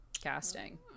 casting